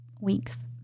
weeks